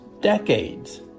Decades